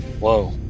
Whoa